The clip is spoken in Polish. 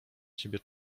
ciebie